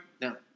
No